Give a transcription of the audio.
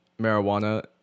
marijuana